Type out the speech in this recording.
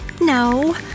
No